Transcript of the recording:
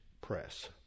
press